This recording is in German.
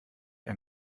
ein